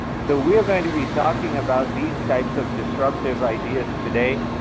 so we are going to be talking about these types of disruptive ideas today,